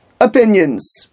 opinions